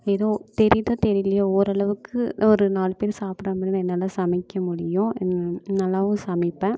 எதோ தெரியுதோ தெரியலியோ ஓரளவுக்கு ஒரு நாலுபேர் சாப்பிட்றா மாதிரி நான் என்னெல்லாம் சமைக்க முடியும் நல்லாவும் சமைப்பேன்